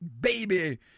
baby